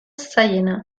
zailena